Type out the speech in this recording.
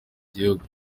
gihugu